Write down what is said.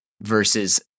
versus